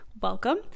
welcome